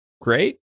great